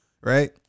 Right